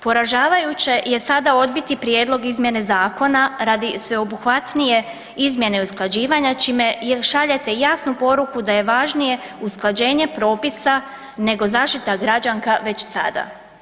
Poražavajuće je sada odbiti prijedlog izmjene zakona radi sveobuhvatnije izmjene i usklađivanja čime šaljete jasnu poruku da je važnije usklađenje propisa nego zaštita građanka već sada.